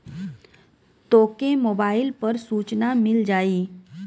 तोके मोबाइल पर सूचना मिल जाई